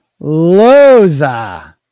Loza